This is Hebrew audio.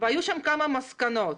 והיו כמה מסקנות.